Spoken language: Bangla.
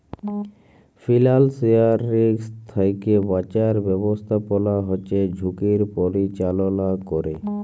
ফিল্যালসিয়াল রিস্ক থ্যাইকে বাঁচার ব্যবস্থাপলা হছে ঝুঁকির পরিচাললা ক্যরে